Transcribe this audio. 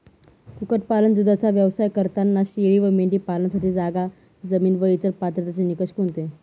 कुक्कुटपालन, दूधाचा व्यवसाय करताना शेळी व मेंढी पालनासाठी जागा, जमीन व इतर पात्रतेचे निकष कोणते?